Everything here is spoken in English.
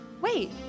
Wait